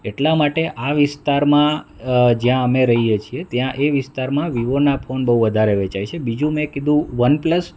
એટલા માટે આ વિસ્તારમાં જ્યાં અમે રહીએ છે ત્યાં એ વિસ્તારમાં વિવોના ફોન બહુ વધારે વેચાય છે બીજું મેં કીધું વન પ્લસ